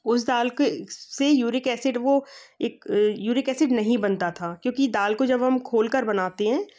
उस दाल के से यूरिक ऐसिड वो एक यूरिक ऐसिड नहीं बनता था क्योंकि दाल को जब हम खोल कर बनाते है